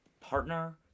partner